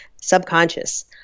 subconscious